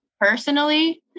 personally